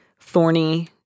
thorny